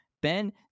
Ben